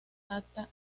acta